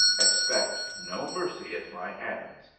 expect no mercy at my hands.